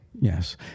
Yes